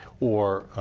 or